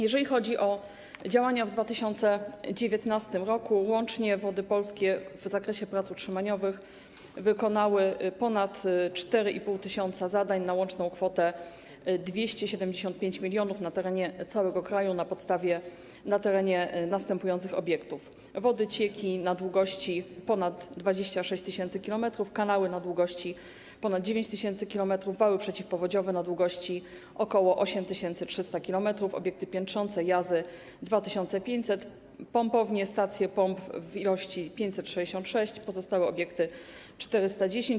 Jeżeli chodzi o działania w 2019 r., łącznie Wody Polskie w zakresie prac utrzymaniowych wykonały ponad 4,5 tys. zadań na łączną kwotę 275 mln na terenie całego kraju, na terenie następujących obiektów: wody, cieki - na długości ponad 26 tys. km, kanały - na długości ponad 9 tys. km, wały przeciwpowodziowe - na długości ok. 8300 km, obiekty piętrzące, jazy - 2500, pompownie, stacje pomp - w liczbie 566, pozostałe obiekty - 410.